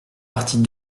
partit